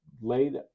laid